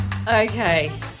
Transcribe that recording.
Okay